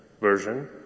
version